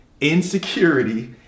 Insecurity